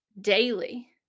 daily